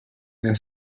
nel